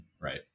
Right